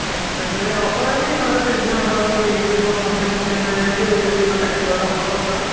ते अच्छा ऑफर ऐ कोई इंया फंक्शन दा कोई फेस्टिवल दा ऑफर होंदा